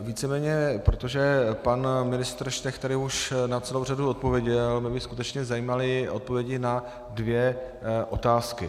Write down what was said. Víceméně, protože pan ministr Štech tady už na celou řadu odpověděl, mě by skutečně zajímaly odpovědi na dvě otázky.